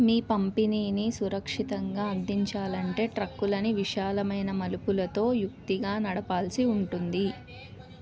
మీ పంపిణీని సురక్షితంగా అందించాలంటే ట్రక్కులని విశాలమైన మలుపులతో యుక్తిగా నడపాల్సి ఉంటుంది